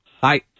Hi